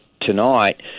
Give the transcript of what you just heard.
tonight